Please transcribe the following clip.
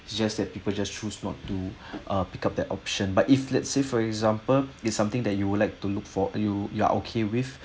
it's just that people just choose not to uh pick up that option but if let's say for example is something that you would like to look for you you are okay with